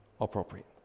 appropriate